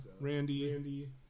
Randy